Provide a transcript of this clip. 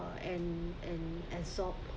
uh and and and sort